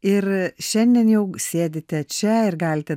ir šiandien jau sėdite čia ir galite